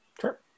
Sure